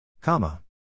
Comma